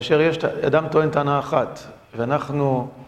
כאשר אדם טוען טענה אחת, ואנחנו...